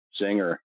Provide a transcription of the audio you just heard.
Zinger